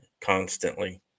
constantly